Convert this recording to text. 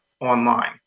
online